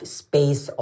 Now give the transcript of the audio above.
space